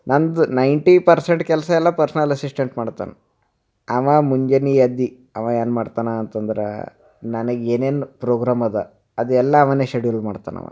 ನಂದು ninety percent ಕೆಲಸ ಎಲ್ಲ ಪರ್ಸ್ನಲ್ ಅಸಿಸ್ಟೆಂಟ್ ಮಾಡ್ತಾನ ಅವಾ ಮುಂಜಾನೆ ಎದ್ದು ಅವಾ ಏನ್ಮಾಡ್ತಾನ ಅಂತಂದ್ರೆ ನನಗೆ ಏನೇನು ಪ್ರೋಗ್ರಾಮ್ ಅದಾ ಅದೆಲ್ಲ ಅವನೇ ಶೆಡ್ಯೂಲ್ ಮಾಡ್ತಾನವ